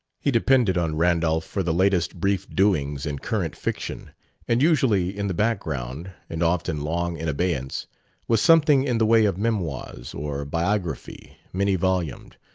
he depended on randolph for the latest brief doings in current fiction and usually in the background and often long in abeyance was something in the way of memoirs or biography, many-volumed,